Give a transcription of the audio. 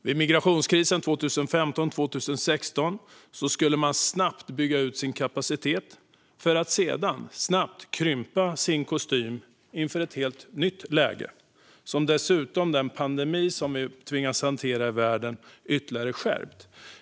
Vid migrationskrisen 2015-2016 skulle man snabbt bygga ut sin kapacitet för att sedan snabbt krympa sin kostym inför ett helt nytt läge, som dessutom den pandemi som världen har tvingats hantera ytterligare skärpte.